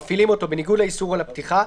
מפעילים אותו בניגוד לאיסור על הפתיחה,